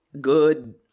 good